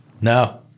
No